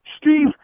Steve